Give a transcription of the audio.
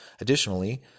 Additionally